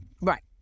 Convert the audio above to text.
Right